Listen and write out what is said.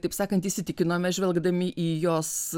taip sakant įsitikinome žvelgdami į jos